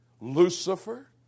Lucifer